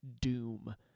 doom